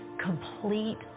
complete